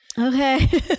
Okay